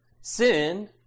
sin